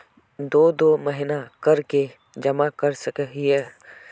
दो दो महीना कर के जमा कर सके हिये?